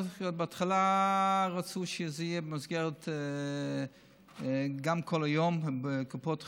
בהתחלה רצו שזה יהיה כל היום במסגרת קופות חולים,